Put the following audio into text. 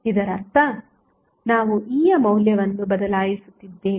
ಇದರರ್ಥ ನಾವು E ಯ ಮೌಲ್ಯವನ್ನು ಬದಲಾಯಿಸುತ್ತಿದ್ದೇವೆ